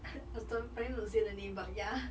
autumn planning to say the name but ya